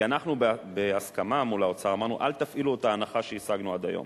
כי אנחנו בהסכמה מול האוצר אמרנו: אל תפעילו את ההנחה שהשגנו עד היום.